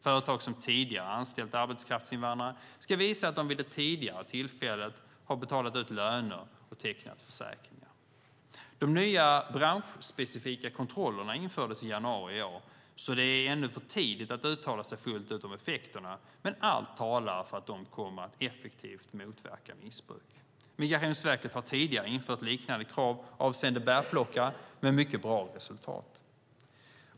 Företag som tidigare har anställt arbetskraftsinvandrare ska visa att de vid det tidigare tillfället betalat ut löner och tecknat försäkringar. De nya branschspecifika kontrollerna infördes i januari i år, så det är ännu för tidigt att uttala sig fullt ut om effekterna, men allt talar för att de kommer att motverka missbruk effektivt. Migrationsverket har tidigare infört liknande krav avseende bärplockare med mycket bra resultat.